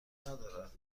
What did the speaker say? ندارد